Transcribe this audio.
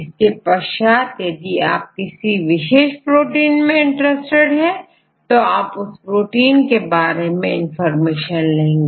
इसके पश्चात यदि आप किसी विशेष प्रोटीन में इंटरेस्टेड है तो आप उस प्रोटीन के बारे में इंफॉर्मेशन लेंगे